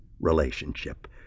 relationship